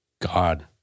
God